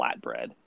flatbread